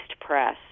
press